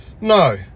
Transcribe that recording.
No